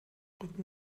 rücken